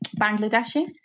Bangladeshi